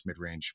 Midrange